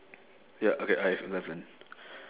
ya okay I have eleven